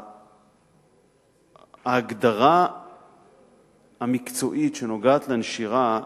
ההגדרה המקצועית שנוגעת לנשירה,